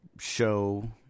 show